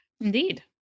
Indeed